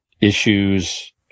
issues